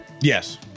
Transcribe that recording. Yes